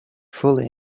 fully